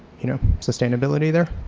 you know sustainability there.